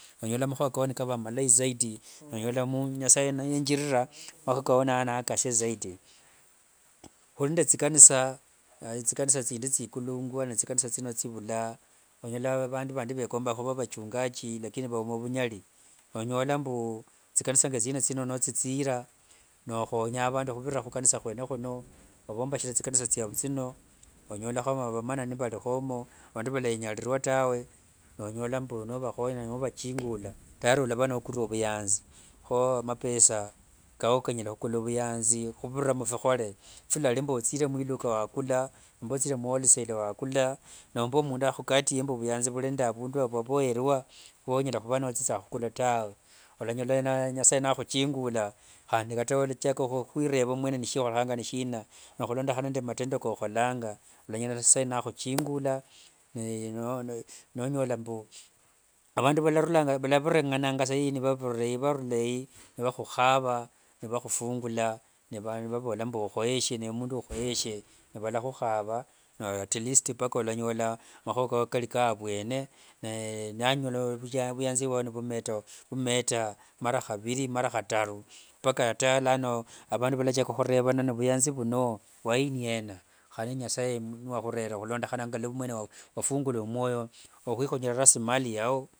Onyala makhua kao nikava malai zaidi nonyola mu nasaye niyenjirira, makhuako nakasia zaidi. Khuli nende thikanisa, thikanisa thindi thikulungwa na thikanisa thino thivula, onyola vandu vandi vekombanga khuva vachungaji lakini vavula vunyali. Onyola mbu thikanisa thiene thino nothithira nokhonya vandu khuvirira, khukanisa khwene khuno. Ovombashira thikanisa thiavu thino, onyolakho vamanani valikhomo, vandu valenyarurua tawe nonyola mbu, novakhonya novachingula tayari walava nokulire ovuyanzi. Kho amapesa kao kanyala khukula vuyanzi khuvirira fikhole kalali mbu othire mwiluka wakula nomba othire muwholesale wakula nomba mundu akhukatie mbu khuli nende avundu wa vwavoyerwa, vwonyala khuthia khukula tawe. Walanyola nasaye nakhuchingula handi kata walachaka khwireva shikholekhanga nishina? Na khulondekhana nende matendo kokholanga, walanyola sa nasaye nakhuchingula ne. Avandu valarulanga valavurangasa ei vavurira ei varulei nivakhukhava nivajhufungula, nivavola mbu newe mundu ukhoyeshe. Nivalakhuva nawe atlist mpaka walanyola makhua kao kali ka vwene ne nonyola vuyanzi vwao nivumeta mara khaviri mara khataru mpaka ata lano vandu valachaka khurevana, ni vuyanzi vuno wainia ena? Khane nasaye niwakhurera khulondekhana nende mwene wafungula omwoyo niwikhonyera rasilimali yawo.